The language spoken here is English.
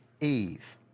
Eve